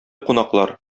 кунаклар